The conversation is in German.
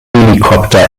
helikopter